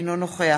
אינו נוכח